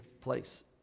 place